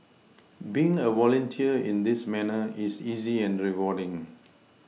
being a volunteer in this manner is easy and rewarding